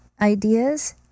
ideas